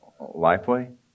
Lifeway